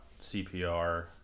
CPR